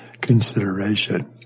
consideration